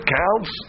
counts